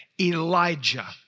Elijah